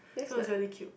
so it's really cute